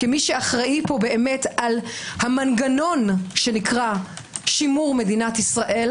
כמי שאחראי פה באמת על המנגנון שנקרא שימור מדינת ישראל,